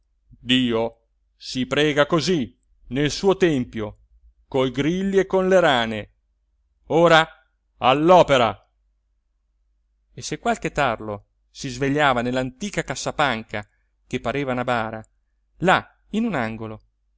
dio si prega così nel suo tempio coi grilli e con le rane ora all'opera e se qualche tarlo si svegliava nell'antica cassapanca che pareva una bara là in un angolo